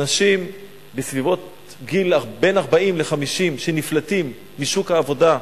אנשים, גילאים בין 40 ל-50 שנפלטים משוק העבודה,